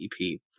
EP